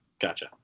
gotcha